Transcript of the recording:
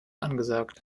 angesagt